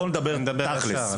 בוא נדבר תכלס.